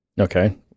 Okay